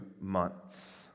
months